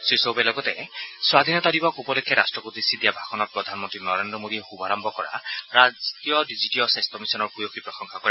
শ্ৰীচৌবে লগতে স্বাধীনতা দিৱস উপলক্ষে ৰাষ্ট্ৰক উদ্দেশ্যি দিয়া ভাষণত প্ৰধানমন্তী নৰেন্দ্ৰ মোদীয়ে শুভাৰম্ভ কৰা ৰাষ্টীয় ডিজিটিয় স্বাস্থ্য মিছনৰ ভূয়সী প্ৰশংসা কৰে